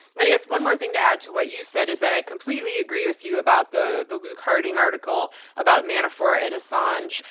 and i guess one more thing to add to what you said is that i completely agree with you about the the luke harding article about manafort and assange.